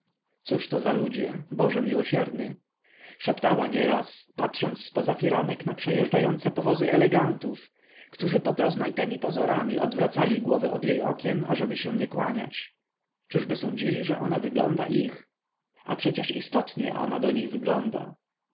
majątku cóżto za ludzie boże miłosierny szeptała nieraz patrząc zpoza firanek na przejeżdżające powozy elegantów którzy pod rozmaitemi pozorami odwracali głowę od jej okien ażeby się nie kłaniać czyżby sądzili że ona wygląda ich a przecież istotnie ona do nich wygląda